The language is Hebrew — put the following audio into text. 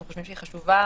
אנחנו חושבים שהיא חשובה.